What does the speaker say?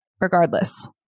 regardless